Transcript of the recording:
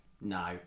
No